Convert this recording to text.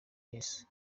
yesu